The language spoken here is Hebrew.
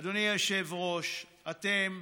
אדוני היושב-ראש, אתם,